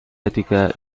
attica